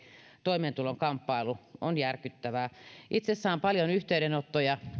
toimeentulokamppailu on järkyttävää itse saan paljon yhteydenottoja